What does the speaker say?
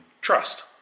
trust